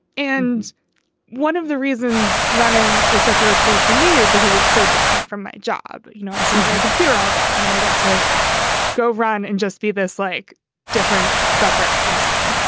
and one of the reasons running is such a reprieve for me is because it's so different from my job. you know, i'm sitting at a computer all day and then i got to go run and just be this like different separate person.